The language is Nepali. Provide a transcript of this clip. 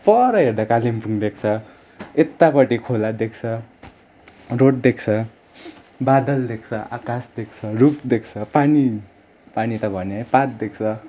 पर हेर्दा कालिम्पोङ देखिन्छ यतापट्टि खोला देखिन्छ रोड देखिन्छ बादल देखिन्छ आकाश देखिन्छ रुख देखिन्छ पानी पानी त भन्यो है पात देखिन्छ